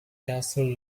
castle